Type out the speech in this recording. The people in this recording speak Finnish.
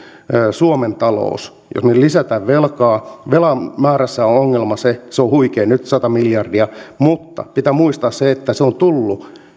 suomen talous jos me lisäämme velkaa velan määrässä on ongelma se että se on huikea nyt sata miljardia mutta pitää muistaa se että se on tullut